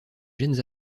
gènes